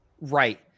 right